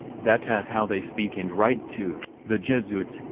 that s how they speak and write too the jesuits,